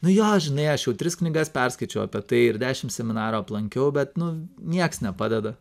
nu jo žinai aš jau tris knygas perskaičiau apie tai ir dešimt seminarų aplankiau bet nu nieks nepadeda